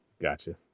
gotcha